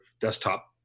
desktop